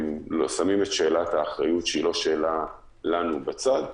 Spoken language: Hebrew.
שמים את שאלת האחריות, שהיא לא שאלה לנו, בצד.